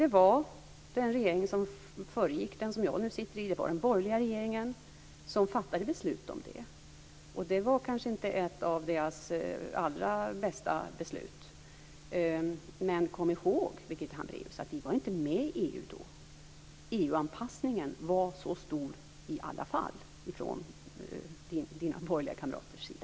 Det var den regering som föregick den som jag nu sitter i, den borgerliga regeringen, som fattade beslut om det. Det var kanske inte ett av deras allra bästa beslut. Men kom ihåg, Birgitta Hambraeus, att vi inte var med i EU då. EU-anpassningen var så stor i alla fall från Birgitta Hambraeus borgerliga kamraters sida.